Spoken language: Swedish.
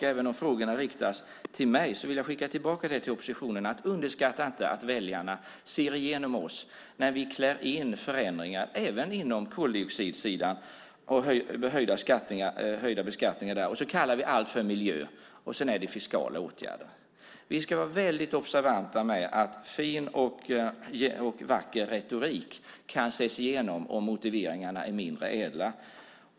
Även om frågan riktas till mig vill jag skicka tillbaka till oppositionen att man inte ska underskatta väljarnas förmåga att se igenom oss när vi genomför förändringar - även de höjda beskattningarna på koldioxidsidan - och kallar dem för miljöåtgärder när det främst är fiskala åtgärder. Vi ska vara observanta på att fin och vacker retorik kan ses igenom om motiveringarna i själva verket är mindre ädla.